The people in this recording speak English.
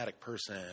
person